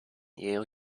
yale